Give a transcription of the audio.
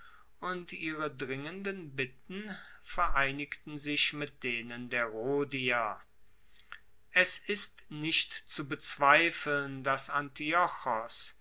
und ihre dringenden bitten vereinigten sich mit denen der rhodier es ist nicht zu bezweifeln dass